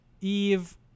Eve